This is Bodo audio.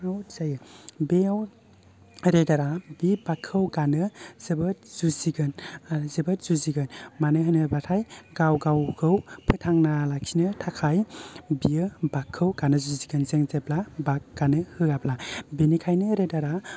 आवट जायो बेयाव रेदारा बे बागखौ गानो जोबोद जुजिगोन आरो जोबोद जुजिगोन मानो होनोबाथाय गाव गावखौ फोथांना लाखिनो थाखाय बियो बाग खौ गानो जुजिगोन जों जेब्ला बाग गानो होयाब्ला बेनिखायनो रेदारा